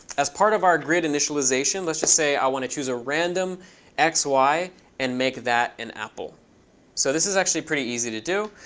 as part of our grid initialization, let's just say i want to choose a random x, y and make that an apple so this is actually pretty easy to do.